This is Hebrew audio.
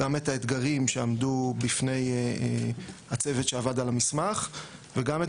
גם את האתגרים שעמדו בפני הצוות שעבד על המסמך וגם את